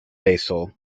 basel